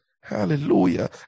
Hallelujah